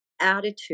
attitude